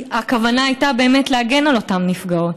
הכוונה הייתה באמת להגן על אותן נפגעות,